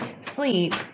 sleep